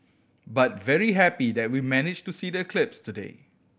but very happy that we managed to see the eclipse today